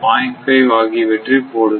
5 ஆகியவற்றை போடுகிறோம்